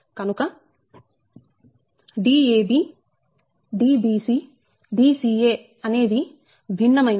కనుక Dab Dbc Dca అనేవి భిన్నమైన వి